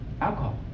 Alcohol